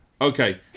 Okay